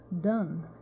done